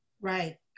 Right